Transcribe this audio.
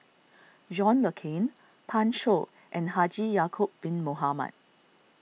John Le Cain Pan Shou and Haji Ya'Acob Bin Mohamed